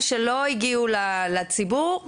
וגם למשרד לאיכות הסביבה באמצעות הכנה למלחמה בזיהום והודיעו על